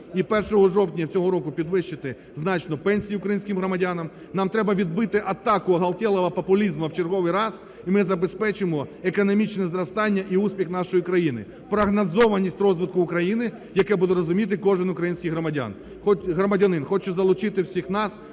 і 1 жовтня цього року підвищити значно пенсії українським громадянам, нам треба відбити атаку оголтелого популізму в черговий раз і ми забезпечимо економічного зростання і успіх нашої країни, прогнозованість розвитку України, яке буде розуміти кожен український громадянами. Хочу залучити всіх нас